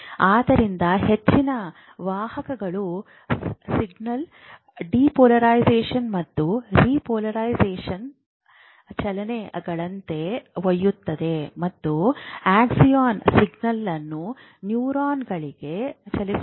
ಆದ್ದರಿಂದ ಹೆಚ್ಚಿನ ವಾಹಕಗಳು ಸಿಗ್ನಲ್ನ್ನು ಡಿಪೋಲರೈಸೇಶನ್ ಮತ್ತು ರಿಪೋಲರೈಸೇಶನ್ ಚಲನೆಗಳಂತೆ ಒಯ್ಯುತ್ತವೆ ಮತ್ತೆ ಆಕ್ಸಾನ್ ಸಿಗ್ನಲ್ ಅನ್ನು ನ್ಯೂರಾನ್ಗೆ ಚಲಿಸುತ್ತದೆ